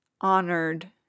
honored